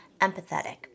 empathetic